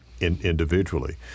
individually